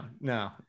no